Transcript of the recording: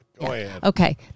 okay